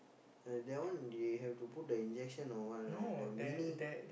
uh that one they have to put the injection or what right the mini